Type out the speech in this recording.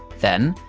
then,